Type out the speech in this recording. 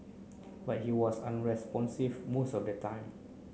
but he was unresponsive most of the time